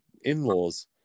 in-laws